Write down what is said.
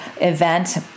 event